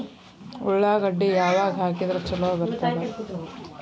ಉಳ್ಳಾಗಡ್ಡಿ ಯಾವಾಗ ಹಾಕಿದ್ರ ಛಲೋ ಬರ್ತದ?